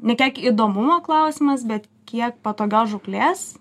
ne kiek įdomumo klausimas bet kiek patogios žūklės